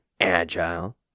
agile